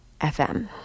FM